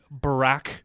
barack